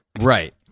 right